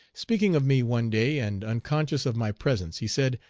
speaking of me one day, and unconscious of my presence, he said,